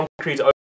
concrete